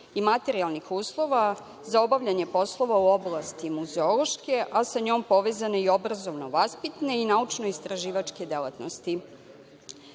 i materijalnih uslova za obavljanje poslova u oblasti muzeološke, a sa njom povezane i obrazovno-vaspitne i naučno-istraživačke delatnosti. Takođe,